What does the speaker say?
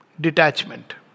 Detachment